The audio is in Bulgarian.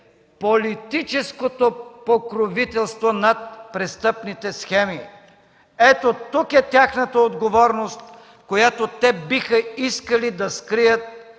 политическото покровителство над престъпните схеми. Ето, тук е тяхната отговорност, която те биха искали да скрият